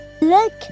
Look